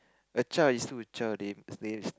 a child is still a child they they